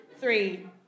Three